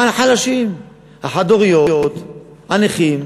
החלשים, החד-הוריות, הנכים,